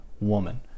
Woman